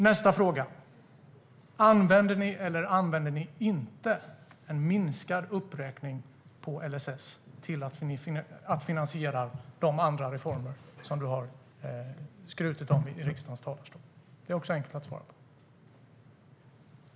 Nästa fråga: Använder ni eller använder ni inte en minskad uppräkning när det gäller LSS till att finansiera de andra reformer som du har skrutit om i riksdagens talarstol? Det är också enkelt att svara på.